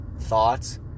thoughts